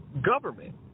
government